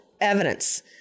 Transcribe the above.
evidence